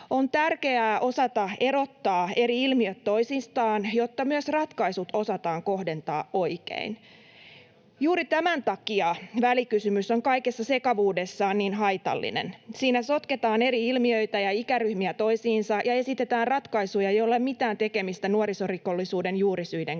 On tärkeää osata erottaa eri ilmiöt toisistaan, jotta myös ratkaisut osataan kohdentaa oikein. Juuri tämän takia välikysymys on kaikessa sekavuudessaan niin haitallinen: Siinä sotketaan eri ilmiöitä ja ikäryhmiä toisiinsa ja esitetään ratkaisuja, joilla ei ole mitään tekemistä nuorisorikollisuuden juurisyiden kanssa.